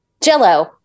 Jell-O